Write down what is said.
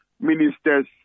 ministers